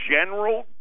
general